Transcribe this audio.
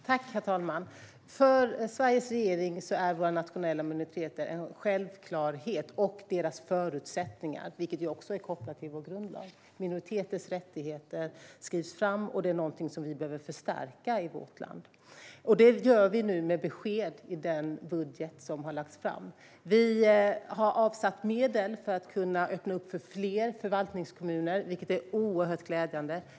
Herr talman! För Sveriges regering är våra nationella minoriteter och deras förutsättningar en självklarhet. Det är också kopplat till vår grundlag, där minoriteternas rättigheter slås fast. Detta är någonting som vi behöver förstärka i vårt land, och det gör vi nu med besked i den budget som har lagts fram. Vi har avsatt medel för att kunna öppna för fler förvaltningskommuner, vilket är oerhört glädjande.